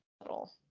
little